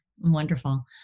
Wonderful